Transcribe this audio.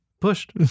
pushed